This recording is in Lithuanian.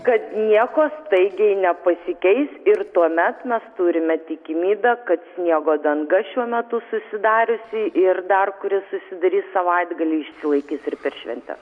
kad nieko staigiai nepasikeis ir tuomet mes turime tikimybę kad sniego danga šiuo metu susidariusi ir dar kuri susidarys savaitgalį išsilaikys ir per šventes